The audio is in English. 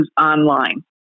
online